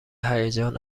هیجان